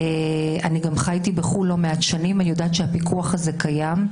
אני גם חייתי בחו"ל לא מעט שנים ואני יודעת שהפיקוח הזה קיים.